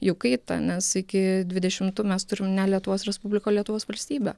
jų kaitą nes iki dvidešimtų mes turim ne lietuvos respubliką o lietuvos valstybę